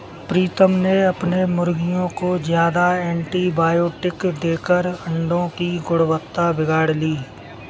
प्रीतम ने अपने मुर्गियों को ज्यादा एंटीबायोटिक देकर अंडो की गुणवत्ता बिगाड़ ली